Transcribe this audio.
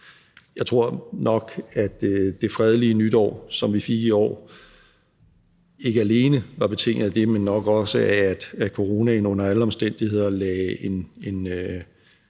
Jeg tror nok, at det fredelige nytår, som vi fik i år, ikke alene var betinget af det, men nok også af, at coronaen under alle omstændigheder lagde en